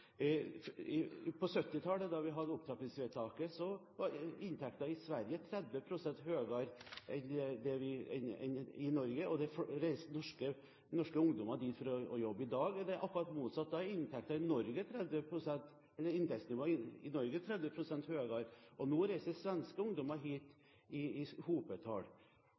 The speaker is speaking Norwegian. inntektsutviklingen. På 1970-tallet, da vi hadde opptrappingsvedtaket, var inntekten i Sverige 30 pst. høyere enn i Norge, og norske ungdommer reiste dit for å jobbe. I dag er det akkurat motsatt. Nå er inntektsnivået i Norge 30 pst. høyere, og nå reiser svenske ungdommer hit i hopetall. Det viser litt av utfordringen som vi har løst gjennom at vi faktisk har økt inntektene med 120 000 kr per årsverk i